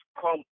come